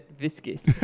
Viscous